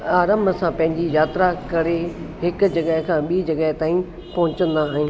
अराम सां पंहिंजी यात्रा करे हिकु जॻहि खां ॿी जॻहि ताईं पहुचंदा आहियूं